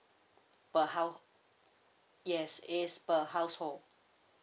per hou~ yes it's per household